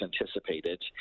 anticipated